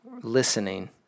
listening